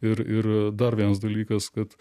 ir ir dar vienas dalykas kad